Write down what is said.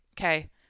okay